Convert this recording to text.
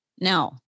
now